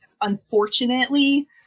unfortunately